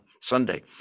Sunday